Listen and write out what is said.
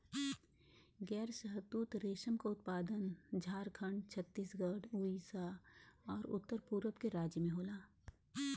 गैर शहतूत रेशम क उत्पादन झारखंड, छतीसगढ़, उड़ीसा आउर उत्तर पूरब के राज्य में होला